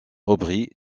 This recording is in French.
aubry